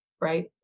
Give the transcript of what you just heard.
Right